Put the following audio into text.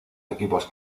equipos